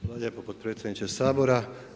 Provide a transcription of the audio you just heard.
Hvala lijepo potpredsjedniče Sabora.